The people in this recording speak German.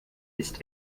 ist